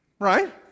Right